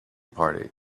party